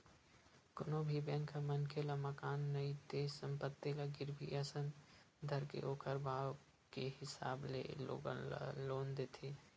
कोनो भी बेंक ह मनखे ल मकान नइते संपत्ति ल गिरवी असन धरके ओखर भाव के हिसाब ले लोगन ल लोन देथे